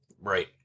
Right